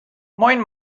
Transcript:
moin